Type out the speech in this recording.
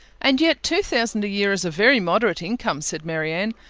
and yet two thousand a-year is a very moderate income, said marianne.